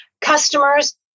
Customers